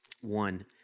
One